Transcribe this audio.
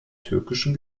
türkischen